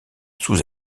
sous